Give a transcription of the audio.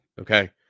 Okay